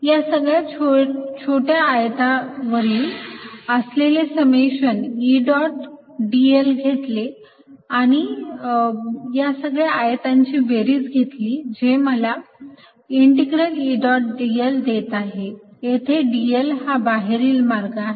या सगळ्या छोट्या आयता वरील असलेले समेशन E डॉट dl घेतले आणि या सगळ्या आयताची बेरीज घेतली जे मला इंटिग्रल E डॉट dl देत आहेत येथे dl हा बाहेरील मार्ग आहे